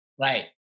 Right